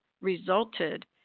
resulted